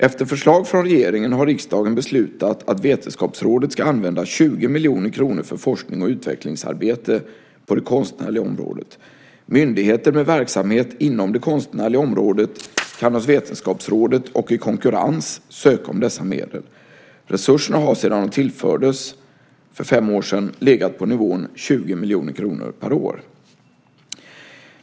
Efter förslag från regeringen har riksdagen beslutat att Vetenskapsrådet ska använda 20 miljoner kronor för forskning och utvecklingsarbete på det konstnärliga området. Myndigheter med verksamhet inom det konstnärliga området kan hos Vetenskapsrådet och i konkurrens söka om dessa medel. Resurserna har sedan de tillfördes för fem år sedan legat på nivån 20 miljoner kronor per år.